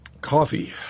Coffee